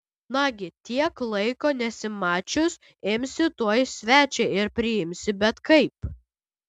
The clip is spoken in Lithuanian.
nagi tiek laiko nesimačius imsi tuoj svečią ir priimsi bet kaip